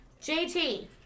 JT